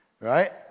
right